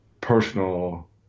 personal